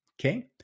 okay